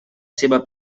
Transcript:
seva